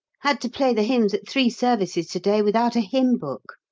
had to play the hymns at three services to-day without a hymn-book!